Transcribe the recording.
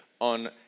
on